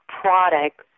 product